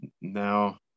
Now